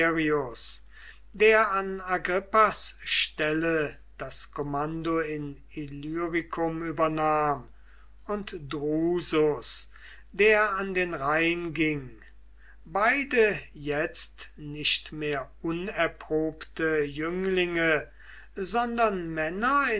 der an agrippas stelle das kommando in illyricum übernahm und drusus der an den rhein ging beide jetzt nicht mehr unerprobte jünglinge sondern männer